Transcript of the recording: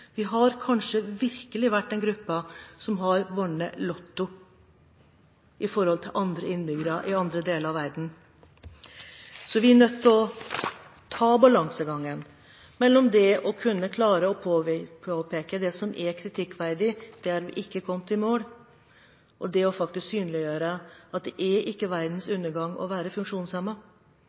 Vi har kanskje virkelig vært den gruppen som har vunnet i Lotto sammenlignet med innbyggere i andre deler av verden. Så vi er nødt til å se på balansegangen mellom å påpeke det som er kritikkverdig, der vi ikke har kommet i mål, og det å synliggjøre at det ikke er verdens undergang å være